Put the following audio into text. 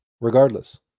regardless